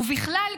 ובכלל,